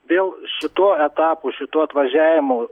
vėl šituo etapu šituo atvažiavimu